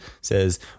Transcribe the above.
says